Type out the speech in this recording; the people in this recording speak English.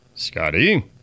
Scotty